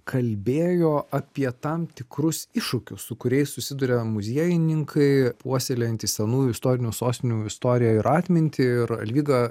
kalbėjo apie tam tikrus iššūkius su kuriais susiduria muziejininkai puoselėjantys senųjų istorinių sostinių istoriją ir atmintį ir alvyga